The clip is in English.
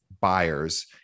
buyers